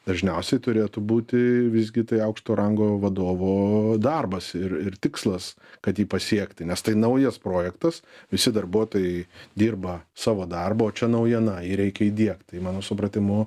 dažniausiai turėtų būti visgi tai aukšto rango vadovo darbas ir ir tikslas kad jį pasiekti nes tai naujas projektas visi darbuotojai dirba savo darbą o čia naujiena jį reikia įdiegt tai mano supratimu